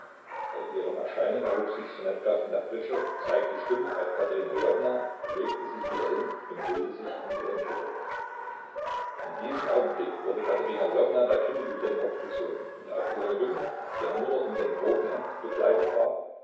bei ihrem erscheinen erhob sich ssonetka von der pritsche zeigte stumm auf katerina lwowna legte sich wieder hin und hüllte sich in ihren kittel in diesem augenblick wurde katerina lwowna der kittel über den kopf gezogen und auf ihren rücken der nur noch mit dem groben hemd bekleidet war